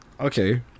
Okay